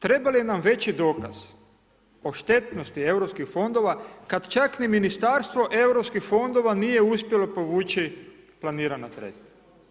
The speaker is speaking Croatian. Treba li nam veći dokaz o štetnosti europskih fondova kad čak ni Ministarstvo europskih fondova nije uspjelo povući planirana sredstva.